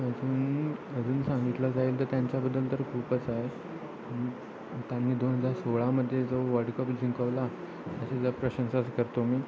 अजून अजून सांगितलं जाईल तर त्यांच्याबद्दल तर खूपच आहे त्यांनी दोन हजार सोळामध्ये जो वर्ल्डकप जिंकवला त्याची प्रशंसाच करतो मी